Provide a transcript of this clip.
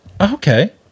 Okay